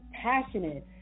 passionate